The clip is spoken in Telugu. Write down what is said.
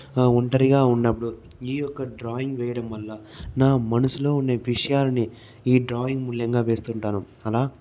ఒంటరిగా ఉన్నప్పుడు ఈ యొక్క డ్రాయింగ్ వేయడం వల్ల నా మనసులో ఉండే విషయాన్ని ఈ డ్రాయింగ్ మూల్యంగా వేస్తుంటాను అలా